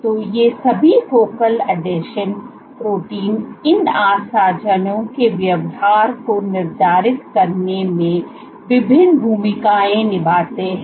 तो ये सभी फोकल आसंजन प्रोटीन इन आसंजनों के व्यवहार को निर्धारित करने में विभिन्न भूमिकाएँ निभाते हैं